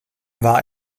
war